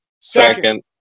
Second